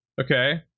okay